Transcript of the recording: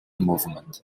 movement